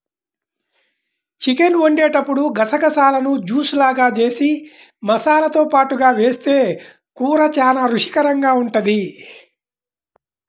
chicken వండేటప్పుడు గసగసాలను juice లాగా జేసి మసాలాతో పాటుగా వేస్తె కూర చానా రుచికరంగా ఉంటది